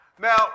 Now